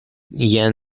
jen